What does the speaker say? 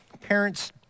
Parents